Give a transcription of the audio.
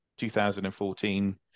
2014